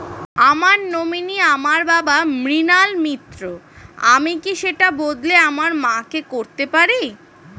আমার নমিনি আমার বাবা, মৃণাল মিত্র, আমি কি সেটা বদলে আমার মা কে করতে পারি?